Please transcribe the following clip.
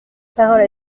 parole